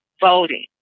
voting